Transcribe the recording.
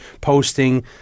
posting